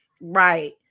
Right